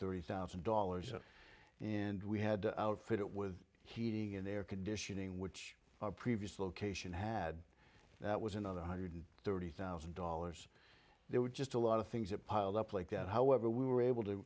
thirty thousand dollars and we had to outfit it was heating and air conditioning which our previous location had that was another one hundred thirty thousand dollars there were just a lot of things that piled up like that however we were able to